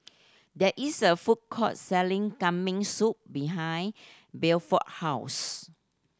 there is a food court selling Kambing Soup behind Bedford house